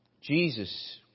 Jesus